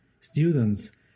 students